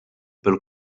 pel